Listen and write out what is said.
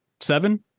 seven